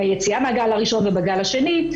ביציאה מהגל הראשון ובגל השני.